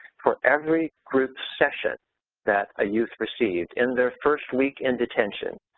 for every group session that a youth received in their first week in detention,